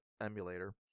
emulator